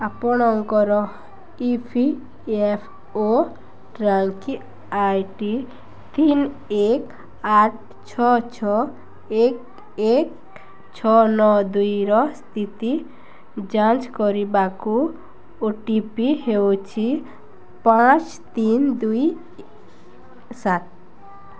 ଆପଣଙ୍କର E P F O tracking I D ତିନି ଏକ ଆଠ ଛଅ ଛଅ ଏକ ଏକ ଛଅ ନଅ ଦୁଇର ସ୍ଥିତି ଯାଞ୍ଚ କରିବାକୁ ଓ ଟି ପି ହେଉଛି ପାଞ୍ଚ ତିନି ଦୁଇ ସାତ